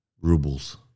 rubles